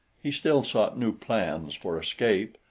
he still sought new plans for escape,